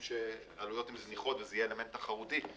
שהעלויות זניחות וזה יהיה אלמנט תחרותי.